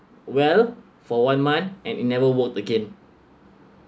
well for one month and never work again